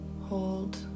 hold